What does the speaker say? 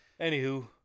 Anywho